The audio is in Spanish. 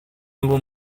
nuevo